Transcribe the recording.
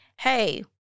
hey